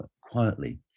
quietly